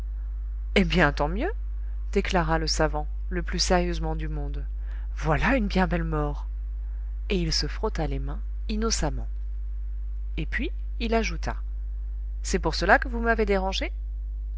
eh bien tant mieux déclara le savant le plus sérieusement du monde voilà une bien belle mort et il se frotta les mains innocemment et puis il ajouta c'est pour cela que vous m'avez dérangé